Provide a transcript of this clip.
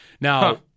Now